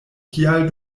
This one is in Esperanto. kial